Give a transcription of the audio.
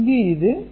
இங்கு இது C1 ஆகும்